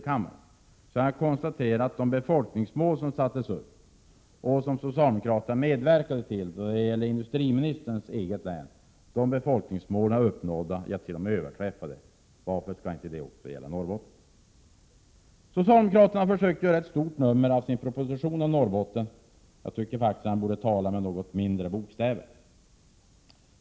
Jag kan konstatera att det befolkningsmål som sattes upp och som socialdemokraterna medverkade till för industriministerns eget län — jag ser att industriministern nu sitter i kammaren — är uppnått, t.o.m. överträffat. Varför skall inte detta kunna gälla Norrbotten också? Socialdemokraterna har försökt göra ett stort nummer av sin proposition om Norrbotten. Jag tycker faktiskt att man borde tala med något mindre bokstäver.